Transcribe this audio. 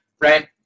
right